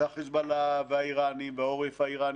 זה החיזבאללה והאירנים והעורף האירני